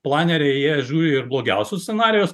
planeriai jie žiūri ir blogiausius scenarijus